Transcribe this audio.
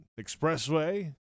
expressway